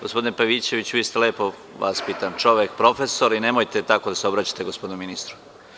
Gospodine Pavićeviću, vi ste lepo vaspitan čovek, profesor, i nemojte tako da se obraćate gospodinu ministru.